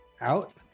Out